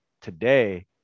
today